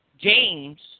James